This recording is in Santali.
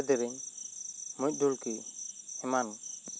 ᱛᱩᱭᱩ ᱫᱮᱨᱮᱧ ᱢᱩᱡ ᱰᱷᱩᱞᱠᱤ ᱮᱢᱟᱱ